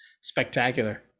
spectacular